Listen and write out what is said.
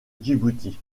djibouti